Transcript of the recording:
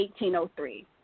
1803